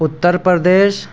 Uttar Pradesh